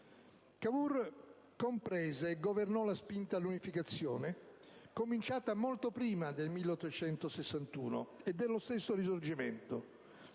Cavour comprese e governò la spinta all'unificazione, cominciata molto prima del 1861 e del Risorgimento,